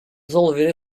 resolver